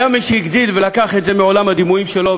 היה מי שהגדיל ולקח את זה מעולם הדימויים שלו,